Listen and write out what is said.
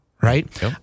Right